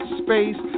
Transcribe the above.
space